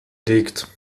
liegt